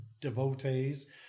Devotees